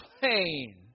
pain